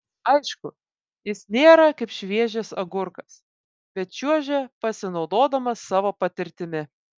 aišku jis nėra kaip šviežias agurkas bet čiuožia pasinaudodamas savo patirtimi